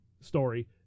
story